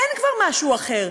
אין כבר משהו אחר.